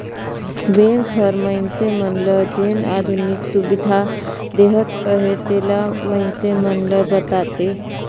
bank हर मइनसे मन ल जेन आधुनिक सुबिधा देहत अहे तेला मइनसे मन ल बताथे